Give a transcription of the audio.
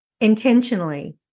intentionally